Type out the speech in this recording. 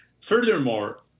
Furthermore